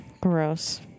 Gross